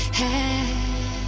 head